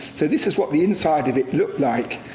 so this is what the inside of it looked like,